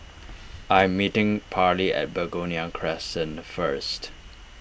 I am meeting Parley at Begonia Crescent first